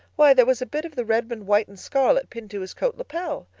why, there was a bit of the redmond white and scarlet pinned to his coat lapel.